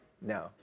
No